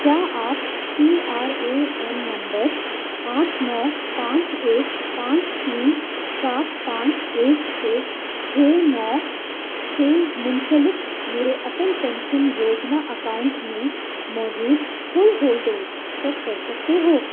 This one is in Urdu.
کیا آپ پی آر اے این نمبر آٹھ نو پانچ ایک پانچ تین سات پانچ ایک ایک چھ نو سے منسلک میرے اٹل پینشن یوجنا اکاؤنٹ میں موجود کل ہولڈنگز چیک کر سکتے ہو